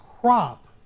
crop